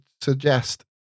suggest